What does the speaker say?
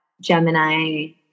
Gemini-